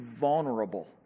vulnerable